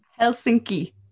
Helsinki